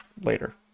later